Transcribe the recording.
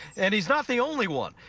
and he's not the only one.